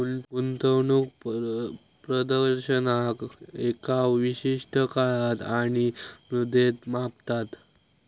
गुंतवणूक प्रदर्शनाक एका विशिष्ट काळात आणि मुद्रेत मापतत